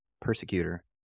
persecutor